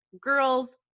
girls